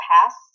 Past